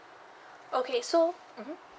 okay so mmhmm